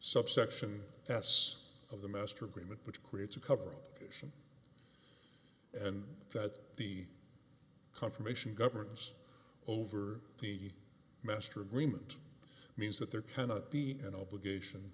subsection s of the master agreement which creates a cover up and that the confirmation governs over the master agreement means that there cannot be an obligation